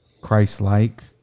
Christ-like